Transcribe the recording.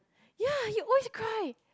ya he always cry